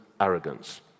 arrogance